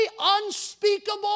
unspeakable